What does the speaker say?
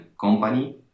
company